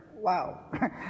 Wow